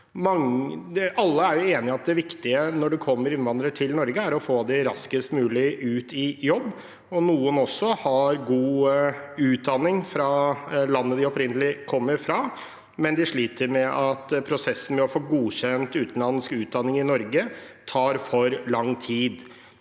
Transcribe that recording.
Alle er enige om at det viktige når det kommer innvandrere til Norge, er å få dem raskest mulig ut i jobb. Noen har god utdanning fra landet de opprinnelig kommer fra, men de sliter med at prosessen med å få godkjent utenlandsk utdanning i Norge tar for lang tid.